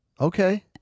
Okay